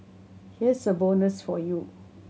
here's a bonus for you